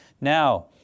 Now